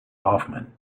hoffman